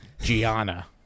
Gianna